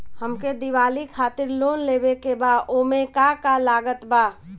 हमके दिवाली खातिर लोन लेवे के बा ओमे का का लागत बा?